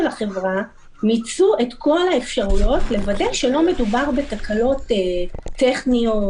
החברה מיצו את כל האפשרויות לוודא שלא מדובר בתקלות טכניות,